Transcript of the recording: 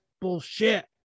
bullshit